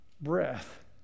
breath